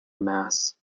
mass